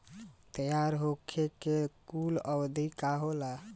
तैयार होखे के कूल अवधि का होला?